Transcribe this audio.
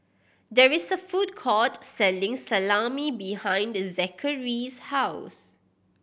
there is a food court selling Salami behind Zackary's house